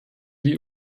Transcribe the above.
die